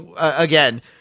again